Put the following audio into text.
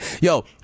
Yo